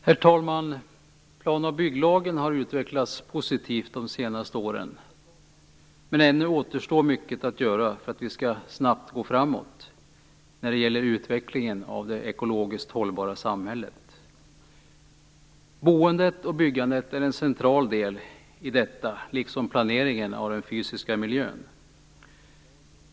Herr talman! Plan och bygglagen har utvecklats positivt de senaste åren, men ännu återstår mycket att göra för att vi skall gå snabbt framåt med utvecklingen av det ekologiskt hållbara samhället. Boendet och byggandet är en central del i detta, liksom planeringen av den fysiska miljön.